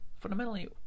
fundamentally